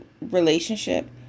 relationship